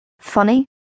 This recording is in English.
funny